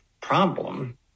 problem